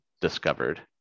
discovered